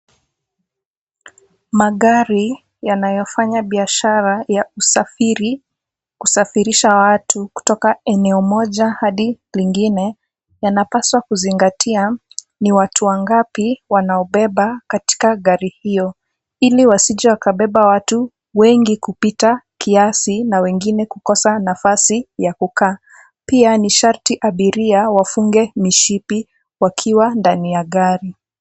Magari yanayofanya biashara ya usafiri kusafirisha watu kutoka eneo moja hadi lingine yanapaswa kuzingatia ni watu wangapi wanaobeba katika gari hiyo. Ili wasije wakabeba watu wengi kupita kiasi na wengine kukosa nafasi ya kukaa. Pia ni sharti abiria wafunge mishipi wakiwa ndani ya gari.